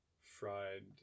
fried